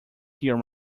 here